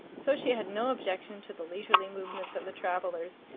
so she had no objection to the leisurely movements of the travellers,